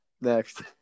next